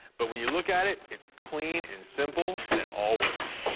but when you look at it, it's clean and simple, and it all works.